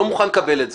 לא מוכן לקבל את זה.